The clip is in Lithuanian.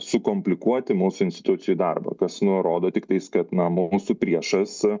sukomplikuoti mūsų institucijų darbą kas nu rodo tiktais kad na mūsų priešas